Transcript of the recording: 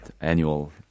annual